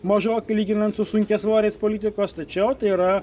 mažokai lyginant su sunkiasvoriais politikos tačiau tai yra